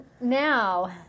Now